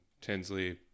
Tinsley